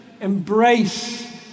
embrace